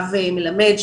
הרב מלמד,